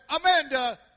Amanda